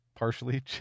partially